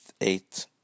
eight